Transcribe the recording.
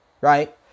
Right